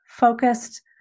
Focused